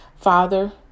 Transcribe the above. Father